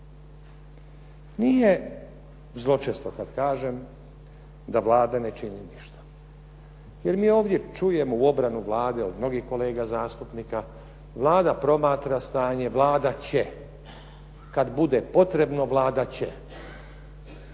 Nije zločesto kad kažem da Vlada ne čini ništa jer mi ovdje čujemo obranu Vlade od mnogih kolega zastupnika, Vlada promatra stanje, Vlada će, kad bude potrebno Vlada će,